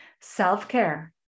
Self-care